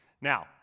Now